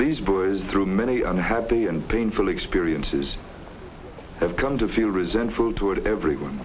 these boys through many unhappy and painful experiences have come to feel resentful toward everyone